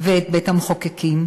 ואת בית-המחוקקים,